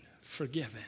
forgiven